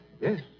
Yes